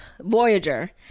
Voyager